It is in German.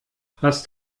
hast